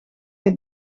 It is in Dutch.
het